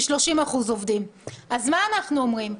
מה אנחנו אומרים?